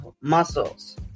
muscles